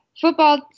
football